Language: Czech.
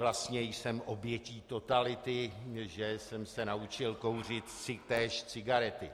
Vlastně jsem obětí totality, že jsem se naučil kouřit též cigarety.